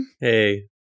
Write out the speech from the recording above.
hey